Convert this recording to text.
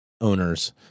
owners